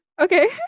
Okay